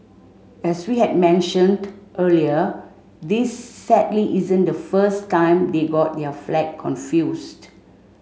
as we had mentioned earlier this sadly isn't the first time they got their flag confused